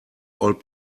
old